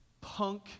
punk